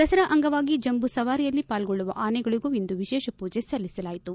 ದಸರಾ ಅಂಗವಾಗಿ ಜಂಬುಸವಾರಿಯಲ್ಲಿ ಪಾಲ್ಗೊಳ್ಳುವ ಆನೆಗಳಿಗೂ ಇಂದು ವಿಶೇಷ ಪೂಜೆ ಸಲ್ಲಿಸಲಾಯಿತು